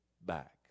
back